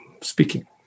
speaking